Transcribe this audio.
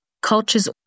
Cultures